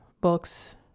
Books